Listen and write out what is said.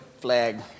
flag